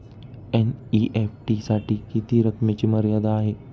NEFT साठी किती रकमेची मर्यादा आहे?